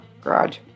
garage